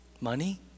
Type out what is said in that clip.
Money